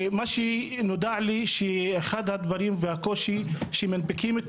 נודע לי שאחד הקשיים הוא שמנפיקים את